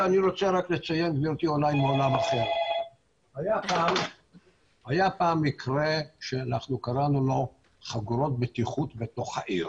היה פעם מקרה שקראנו לו חגורות בטיחות בתוך העיר.